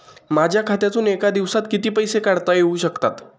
माझ्या खात्यातून एका दिवसात किती पैसे काढता येऊ शकतात?